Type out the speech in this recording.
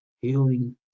healing